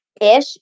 ish